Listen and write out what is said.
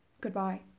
goodbye